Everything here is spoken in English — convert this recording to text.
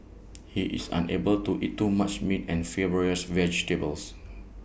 he is unable to eat too much meat and fibrous vegetables